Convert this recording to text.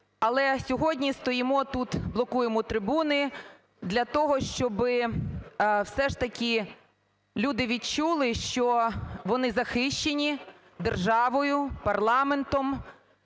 Але сьогодні стоїмо тут блокуємо трибуну для того, щоб все ж таки люди відчули, що вони захищені державою, парламентом